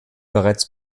bereits